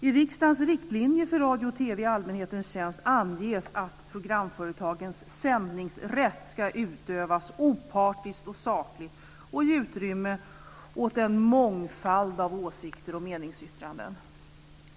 I riksdagens riktlinjer för radio och TV i allmänhetens tjänst anges att programföretagens sändningsrätt ska utövas opartiskt och sakligt och ge utrymme åt en mångfald av åsikter och meningsyttranden.